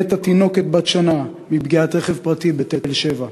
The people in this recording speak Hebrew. מתה תינוקת בת שנה מפגיעת רכב פרטי בתל-שבע,